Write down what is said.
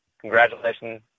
congratulations